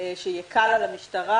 שיקל על המשטרה.